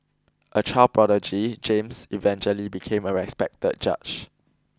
a child prodigy James eventually became a respected judge